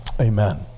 Amen